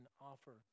offer